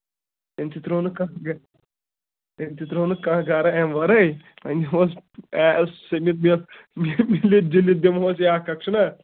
أمۍ تہِ ترٛوو نہٕ کانٛہہ أمۍ تہِ ترٛوو نہٕ کانٛہہ گَرٕ اَمہِ وَرٲے أمۍ مِلِتھ جُلِتھ دِمہوس یہِ اَکھ اَکھ چھُنہ